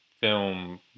film